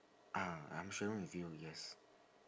ah I'm sharing with you yes